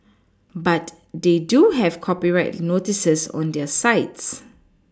but they do have copyright notices on their sites